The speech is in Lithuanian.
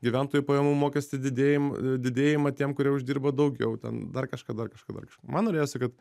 gyventojų pajamų mokestį didėjim didėjimą tiem kurie uždirba daugiau ten dar kažką dar kažką dar man norėjosi kad